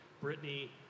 Brittany